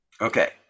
Okay